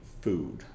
food